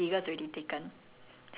here's my question like